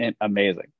amazing